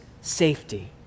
safety